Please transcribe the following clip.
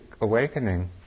awakening